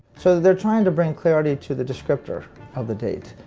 so they're trying to bring clarity to the descriptor of the date.